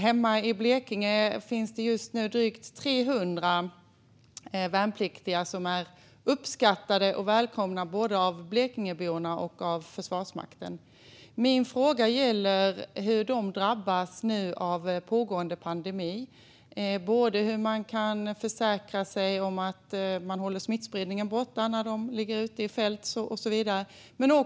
Hemma i Blekinge finns det just nu drygt 300 värnpliktiga som är uppskattade och välkomna både av Blekingeborna och av Försvarsmakten. Min fråga gäller hur de nu drabbas av pågående pandemi. Hur kan man försäkra sig om att hålla smittspridningen borta när de ligger ute i fält?